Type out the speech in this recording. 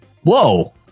Whoa